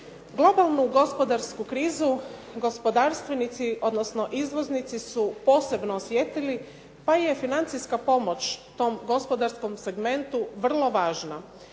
Globalnu gospodarsku krizu gospodarstvenici, odnosno izvoznici su posebno osjetili pa je financijska pomoć tom gospodarskom segmentu vrlo važna.